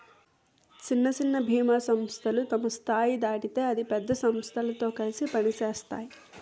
సిన్న సిన్న బీమా సంస్థలు తమ స్థాయి దాటితే అయి పెద్ద సమస్థలతో కలిసి పనిసేత్తాయి